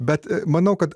bet manau kad